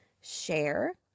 share